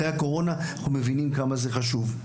אחרי הקורונה אנחנו מבינים כמה זה חשוב.